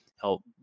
help